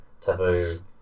taboo